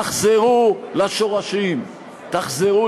תחזרו לשורשים, תחזרו